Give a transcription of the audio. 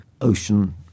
ocean